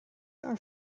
are